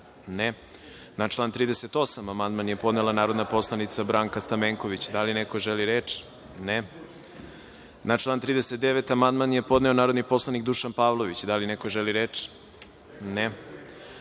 (Ne.)Na član 38. amandman je podnela narodni poslanik Branka Stamenković. Da li neko želi reč? (Ne.)Na član 39. amandman je podneo narodni poslanik Dušan Pavlović. Da li neko želi reč?